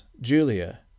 Julia